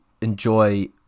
enjoy